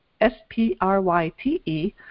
S-P-R-Y-T-E